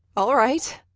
all right!